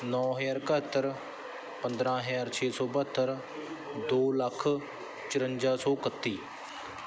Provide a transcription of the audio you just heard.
ਨੌਂ ਹਜ਼ਾਰ ਇਕਹੱਤਰ ਪੰਦਰਾਂ ਹਜ਼ਾਰ ਛੇ ਸੌ ਬਹੱਤਰ ਦੋ ਲੱਖ ਚੁਰੰਜਾ ਸੌ ਇਕੱਤੀ